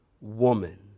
woman